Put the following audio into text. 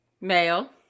Male